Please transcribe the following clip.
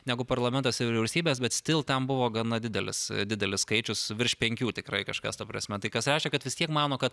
negu parlamentas ir vyriausybės bet stil ten buvo gana didelis didelis skaičius virš penkių tikrai kažkas ta prasme tai kas reiškia kad vis tiek mano kad